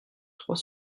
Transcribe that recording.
trois